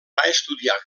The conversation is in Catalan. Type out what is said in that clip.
estudiar